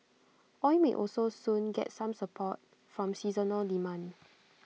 oil may also soon get some support from seasonal demand